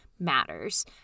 matters